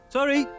Sorry